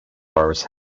borrows